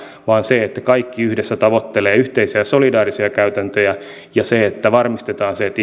vaan se että kaikki yhdessä tavoittelevat yhteisiä solidaarisia käytäntöjä ja se että varmistetaan se että